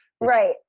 Right